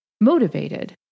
motivated